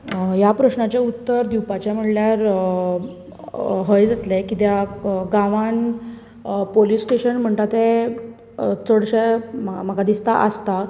ह्या प्रश्नाचे उत्तर दिवपाचे म्हणल्यार हय जातले कित्याक गांवांत पोलिस स्टेशन म्हणटा ते चडशें म्हाका दिसतां आसता